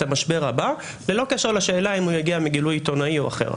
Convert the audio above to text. המשבר הבא ללא קשר לשאלה אם הוא יגיע מגילוי עיתונאי או אחר.